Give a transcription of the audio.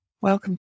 welcome